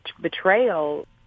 betrayal